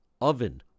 oven